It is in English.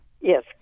Yes